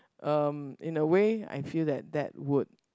um in a way I feel that that would